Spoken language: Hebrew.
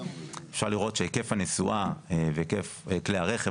אפשר לראות שהיקף הנסועה והיקף כלי הרכב